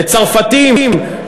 הצרפתים,